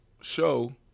show